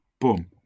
Boom